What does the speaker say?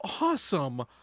awesome